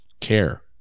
care